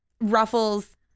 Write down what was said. Ruffles